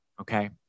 Okay